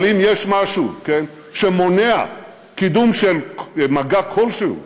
אבל אם יש משהו שמונע קידום של מגע כלשהו,